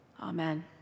Amen